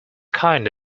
kind